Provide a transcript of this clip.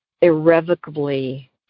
irrevocably